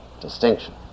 distinction